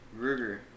Ruger